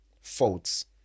faults